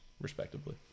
respectively